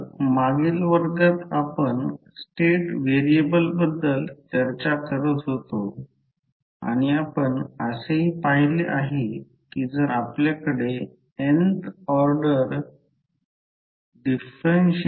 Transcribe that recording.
ही primary coil आहे येथे ही सेकंडरी कॉइल आहे हा रेसिस्टन्स R1 आहे येथे रेसिस्टन्स R2 आहे येथे इण्डक्टन्स L1 आहे म्हणजे हे रिअॅक्टन्स j L1 आहे येथे हे j L2 आहे आणि हे म्युचुअल इण्डक्टन्स आहे तर हे व्होल्टेज सोर्स आहे हे क्लोज सर्किट आहे आणि करंट i1 आणि i2 घेतला आहे